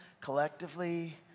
collectively